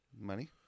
money